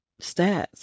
stats